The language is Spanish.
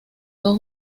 dos